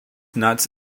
nuts